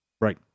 right